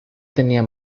tenía